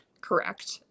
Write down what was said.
correct